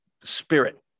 spirit